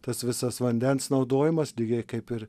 tas visas vandens naudojimas lygiai kaip ir